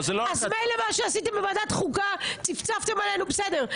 מילא מה שעשיתם בוועדת החוקה, צפצפתם עלינו, בסדר.